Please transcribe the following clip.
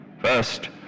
First